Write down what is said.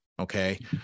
Okay